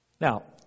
Now